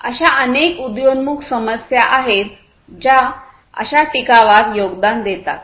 अशा अनेक उदयोन्मुख समस्या आहेत ज्या अशा टिकावात योगदान देतात